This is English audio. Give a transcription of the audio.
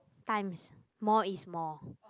times more is more